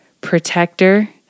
protector